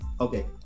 okay